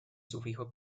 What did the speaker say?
sufijo